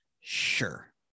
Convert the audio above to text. Sure